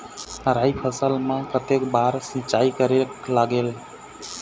राई फसल मा कतक बार सिचाई करेक लागेल?